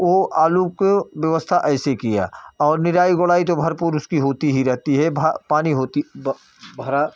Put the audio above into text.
वह आलू को व्यवस्था ऐसे किया और निराई गोड़ाई तो भरपूर उसकी होती ही रहती है भ पानी होती ब भरा